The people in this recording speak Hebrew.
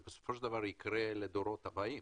זה בסופו של דבר יקרה לדורות הבאים.